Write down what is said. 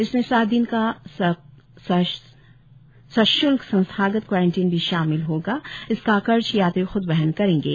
इसमें सात दिन का सश्ल्क संस्थागत क्वारंटीन भी शामिल होगा इसका खर्च यात्री ख्द वहन करेंगे